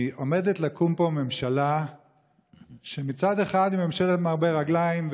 כי עומדת לקום פה ממשלה שמצד אחד היא ממשלת מרבה רגליים,